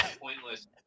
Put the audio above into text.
pointless